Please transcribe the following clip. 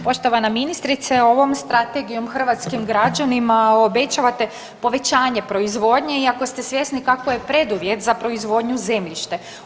Poštovana ministrice, ovom strategijom hrvatskim građanima obećavate povećanje proizvodnje iako ste svjesni kako je preduvjet za proizvodnju zemljište.